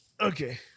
Okay